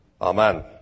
Amen